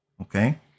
Okay